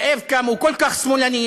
זאב קם הוא כל כך שמאלני,